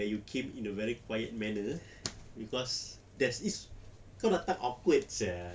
you came in a very quiet manner cause there's is kau datang awkward sia